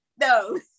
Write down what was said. no